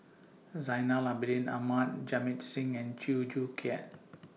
Zainal Abidin Ahmad Jamit Singh and Chew Joo Chiat